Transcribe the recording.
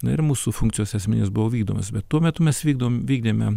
na ir mūsų funkcijos esminės buvo vykdomos bet tuo metu mes vykdome vykdėme